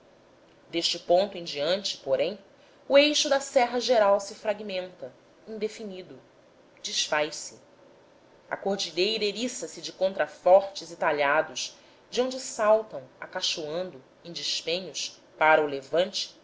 deste ponto em diante porém o eixo da serra geral se fragmenta indefinido desfaz-se a cordilheira eriça se de contrafortes e talhados de onde saltam acachoando em despenhos para o levante